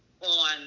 on